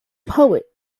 poet